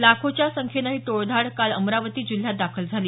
लाखोच्या संख्येनं ही टोळधाड काल अमरावती जिल्ह्यात दाखल झाली